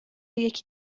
یکی